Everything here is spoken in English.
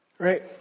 Right